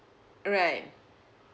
alright